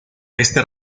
este